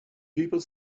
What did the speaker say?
people